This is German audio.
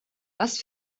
was